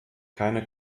keine